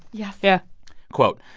yes yeah quote,